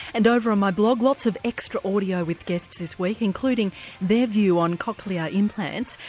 and over on my blog lots of extra audio with guests this week including their view on cochlear implants.